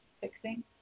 fixing